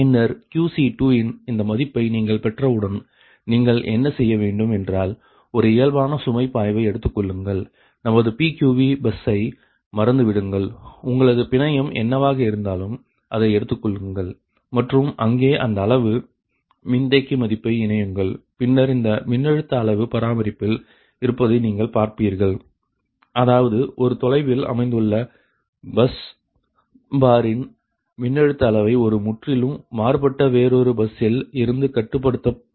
பின்னர் QC2 இன் இந்த மதிப்பை நீங்கள் பெற்றவுடன் நீங்கள் என்ன செய்ய வேண்டும் என்றால் ஒரு இயல்பான சுமை பாய்வை எடுத்துக்கொள்ளுங்கள் நமது PQVபஸ்ஸை மறந்துவிடுங்கள் உங்களது பிணையம் என்னவாக இருந்தாலும் அதை எடுத்துக்கொள்ளுங்கள் மற்றும் அங்கே இந்த அளவு மின்தேக்கி மதிப்பை இணையுங்கள் பின்னர் இந்த மின்னழுத்த அளவு பராமரிப்பில் இருப்பதை நீங்கள் பார்ப்பீர்கள் அதாவது ஒரு தொலைவில் அமைந்துள்ள பஸ் பாரின் மின்னழுத்த அளவை ஒரு முற்றிலும் மாறுபட்ட வேறொரு பஸ்ஸில் இருந்து கட்டுப்படுத்த முடியும்